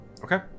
Okay